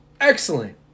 Excellent